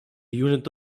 unit